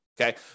Okay